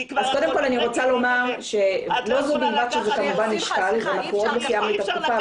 אני רוצה לומר שלא זו בלבד שעוד לא סיימנו את התקופה,